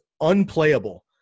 unplayable